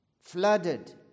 flooded